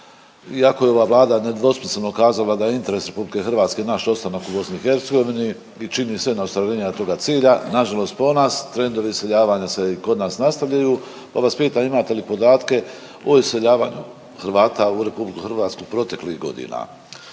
Iako je ova Vlada nedvosmisleno kazala da je interes RH naš ostanak u BiH i čini sve na ostvarenju toga cilja, nažalost po nas trendovi iseljavanja se i kod nas nastavljaju, pa vas pitam imate li podatke o iseljavanju Hrvata u RH u proteklih godina?